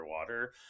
underwater